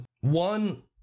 one